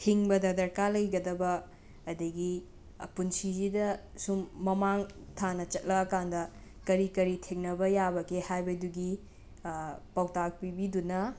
ꯍꯤꯡꯕꯗ ꯗꯔꯀꯥꯔ ꯂꯩꯒꯗꯕ ꯑꯗꯩꯒꯤ ꯄꯨꯟꯁꯤꯁꯤꯗ ꯑꯁꯨꯝ ꯃꯃꯥꯡ ꯊꯥꯅ ꯆꯠꯂꯛꯂꯀꯥꯟꯗ ꯀꯔꯤ ꯀꯔꯤ ꯊꯦꯡꯅꯕ ꯌꯥꯕꯒꯦ ꯍꯥꯏꯕꯗꯨꯒꯤ ꯄꯥꯎꯇꯥꯛ ꯄꯤꯕꯤꯗꯨꯅ